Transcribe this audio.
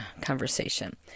conversation